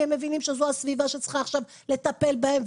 כי הם מבינים שזו הסביבה שצריכה עכשיו לטפל בהם,